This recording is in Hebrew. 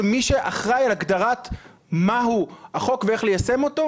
ומי שאחראי על הגדרת מהו החוק ואיך ליישם אותו,